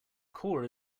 core